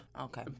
Okay